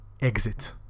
exit